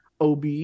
OB